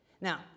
Now